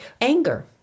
anger